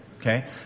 Okay